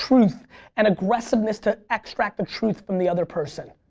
truth and aggressiveness to extract the truth from the other person.